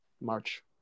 March